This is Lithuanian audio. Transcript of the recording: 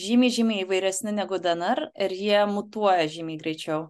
žymiai žymiai įvairesni negu dnr ir jie mutuoja žymiai greičiau